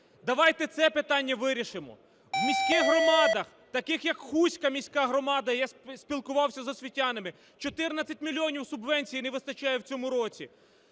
Давайте це питання вирішимо. У міських громадах, таких як Хустська міська громада (я спілкувався з освітянами), 14 мільйонів субвенції не вистачає в цьому році,